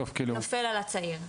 נופל על הצעיר.